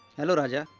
hello, raja!